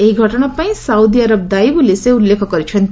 ଏହି ଘଟଣା ପାଇଁ ସାଉଦି ଆରବ ଦାୟୀ ବୋଲି ସେ ଉଲ୍ଲେଖ କରିଛନ୍ତି